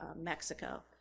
Mexico